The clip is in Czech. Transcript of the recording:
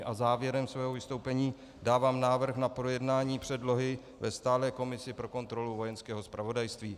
A závěrem svého vystoupení dávám návrh na projednání předlohy ve stálé komisi pro kontrolu Vojenského zpravodajství.